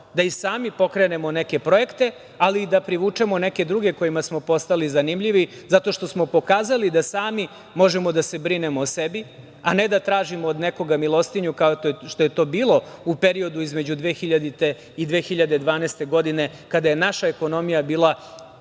da i sami pokrenemo neke projekte, ali i da privučemo neke druge kojima smo postali zanimljivi, zato što smo pokazali da sami možemo da se brinemo o sebi, a ne da tražimo od nekoga milostinju, kao što je to bilo u periodu između 2000. i 2012. godine, kada je naša ekonomija bila potpuno